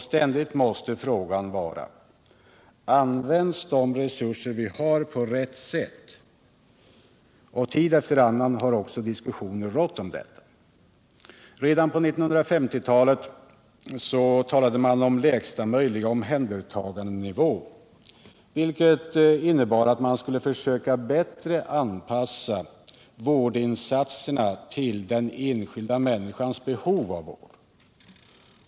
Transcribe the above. Ständigt måste frågan vara: Används de resurser vi har på rätt sätt? Tid efter annan har också diskussioner förts om detta. Redan på 1950-talet talade man om ”lägsta möjliga omhändertagandenivå”, vilket innebar att man skulle försöka bättre anpassa vårdinsatserna till den enskilda människans behov av vård.